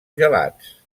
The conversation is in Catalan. gelats